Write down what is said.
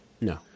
no